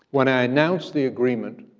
when i announced the agreement,